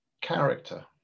character